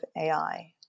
AI